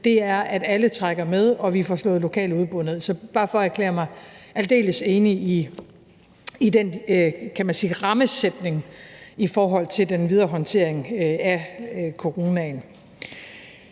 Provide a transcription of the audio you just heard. er, at alle trækker med, og at vi får slået lokale udbrud ned. Det er bare for at erklære mig aldeles enig i den, kan man sige, rammesætning i forhold til den videre håndtering af coronaen.